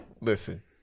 Listen